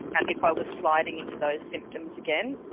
and if i was sliding into those symptoms again,